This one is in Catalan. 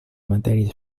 matèries